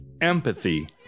empathy